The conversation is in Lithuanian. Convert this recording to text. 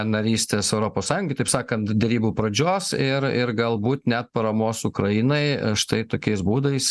narystės europos sąjungoj taip sakant derybų pradžios ir ir galbūt net paramos ukrainai štai tokiais būdais